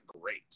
great